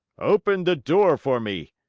open the door for me!